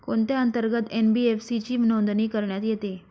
कोणत्या अंतर्गत एन.बी.एफ.सी ची नोंदणी करण्यात येते?